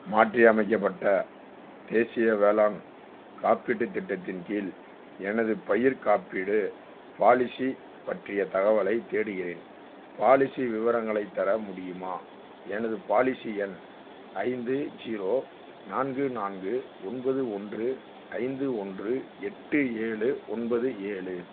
மாற்றியமைக்கப்பட்ட தேசிய வேளாண் காப்பீட்டுத் திட்டத்தின் கீழ் எனது பயிர்க் காப்பீடு பாலிசி பற்றிய தகவலைத் தேடுகிறேன் பாலிசி விவரங்களைத் தர முடியுமா எனது பாலிசி எண் ஐந்து ஜீரோ நான்கு நான்கு ஒன்பது ஒன்று ஐந்து ஒன்று எட்டு ஏழு ஒன்பது ஏழு